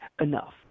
enough